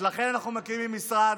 לכן אנחנו מקימים משרד,